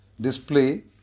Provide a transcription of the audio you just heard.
display